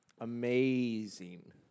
amazing